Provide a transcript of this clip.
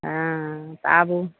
ओ तऽ आबू